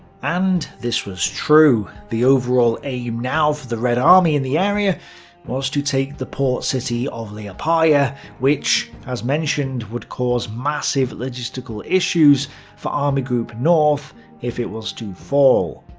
and this was true. true. the overall aim now for the red army in the area was to take the port city of liepaja which, as mentioned, would cause massive logistical issues for army group north if it was to fall.